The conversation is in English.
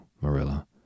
Marilla